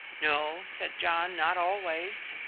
no, said john, not always.